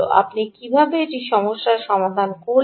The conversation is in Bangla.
আপনি কীভাবে এটি সমাধান করুন